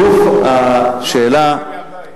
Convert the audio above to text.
לגוף השאלה, הוא הביא את זה מהבית.